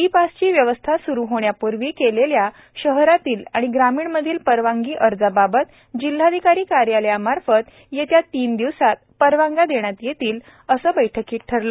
E पासची व्यवस्था स्रु होण्यापूर्वी केलेल्या शहरातील आणि ग्रामीणमधील परवानगी अर्जाबाबत जिल्हाधिकारी कार्यालयामार्फत येत्या तीन दिवसात परवानग्या देण्यात येतील असे बैठकीत ठरले